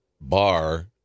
bar